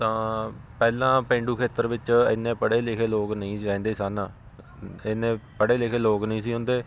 ਤਾਂ ਪਹਿਲਾਂ ਪੇਂਡੂ ਖੇਤਰ ਵਿੱਚ ਇੰਨੇ ਪੜ੍ਹੇ ਲਿਖੇ ਲੋਕ ਨਹੀਂ ਰਹਿੰਦੇ ਸਨ ਇੰਨੇ ਪੜ੍ਹੇ ਲਿਖੇ ਲੋਕ ਨਹੀਂ ਸੀ ਹੁੰਦੇ